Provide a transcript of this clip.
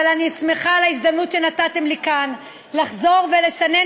אבל אני שמחה על ההזדמנות שנתתם לי כאן לחזור ולשנן